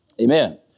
Amen